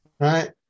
Right